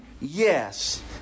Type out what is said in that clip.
Yes